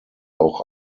auch